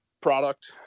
product